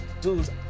dudes